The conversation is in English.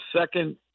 second